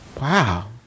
Wow